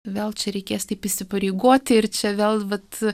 vėl čia reikės taip įsipareigoti ir čia vėl vat